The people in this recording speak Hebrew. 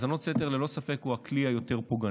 האזנות סתר ללא ספק הן הכלי היותר-פוגעני.